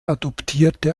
adoptierte